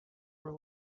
were